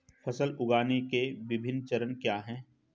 फसल उगाने के विभिन्न चरण क्या हैं?